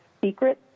secret